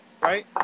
right